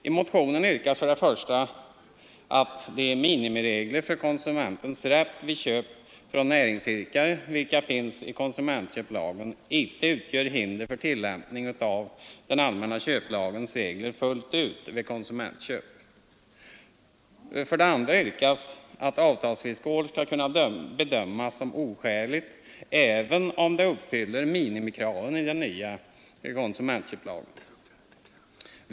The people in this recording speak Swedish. I motionen yrkas för det första att de minimiregler för konsumentens rätt vid köp från näringsidkare, vilka finns i konsumentköplagen, inte utgör hinder för tillämpning av den allmänna köplagens regler fullt ut också vid konsumentköp. För det andra yrkas att ett avtalsvillkor skall kunna bedömas som oskäligt, även om det uppfyller minimikraven i konsumentköplagen.